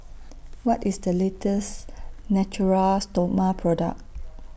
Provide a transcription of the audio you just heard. What IS The latest Natura Stoma Product